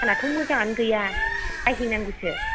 आंनाथ' मोजाङानो गैया बायहैनांगौसो